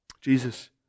Jesus